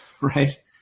Right